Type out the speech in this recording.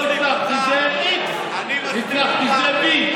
לא הצלחתי זה x, הצלחתי זה v.